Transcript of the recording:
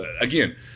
again